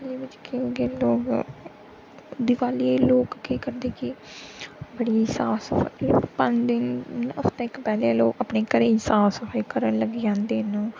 एह्दे बिच केईं केईं लोग दिवालियै ई लोक केह् करदे कि बड़ी साफ सफाई भांडे हफ्ता इक पैह्लें लोग अपने घरें ई साफ सफाई करन लग्गी जंदे न